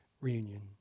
reunion